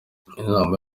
inama